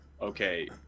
Okay